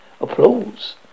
applause